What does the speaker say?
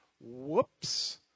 whoops